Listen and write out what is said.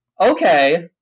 okay